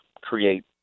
create